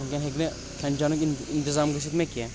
ؤنۍ کٮ۪ن ہٮ۪کہِ نہٕ کھٮ۪ن چٮ۪نُک انتظام گٔژھِتھ مےٚ کینٛہہ